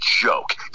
joke